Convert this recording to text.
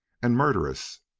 and murderous!